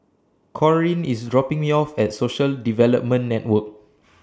Corrine IS dropping Me off At Social Development Network